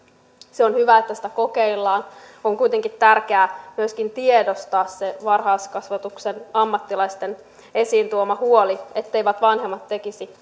se on hyvä että sitä kokeillaan on kuitenkin tärkeää myöskin tiedostaa se varhaiskasvatuksen ammattilaisten esiin tuoma huoli etteivät vanhemmat tekisi